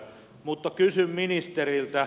mutta kysyn ministeriltä